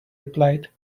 replied